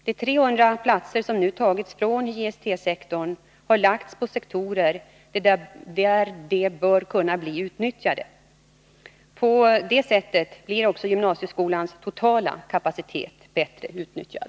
De 300 platser som nu tagits från JST-sektorn har lagts på sektorer, där de bör kunna bli utnyttjade. På det sättet blir också gymnasieskolans totala kapacitet bättre utnyttjad.